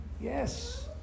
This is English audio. Yes